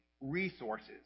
resources